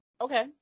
Okay